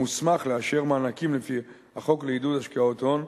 המוסמך לאשר מענקים לפי החוק לעידוד השקעות הון,